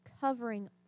covering